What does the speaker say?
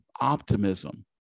optimism